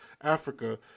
Africa